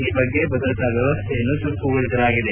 ಈ ಬಗ್ಗೆ ಭದ್ರತಾ ವ್ಲವಸ್ತೆಯನ್ನು ಚುರುಕುಗೊಳಿಸಲಾಗಿದೆ